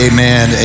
Amen